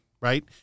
right